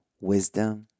wisdom